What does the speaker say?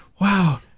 wow